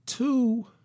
Two